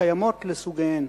קיימות לסוגיהן.